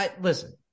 listen